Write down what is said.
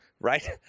Right